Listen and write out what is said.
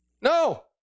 No